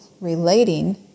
relating